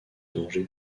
danger